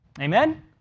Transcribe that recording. amen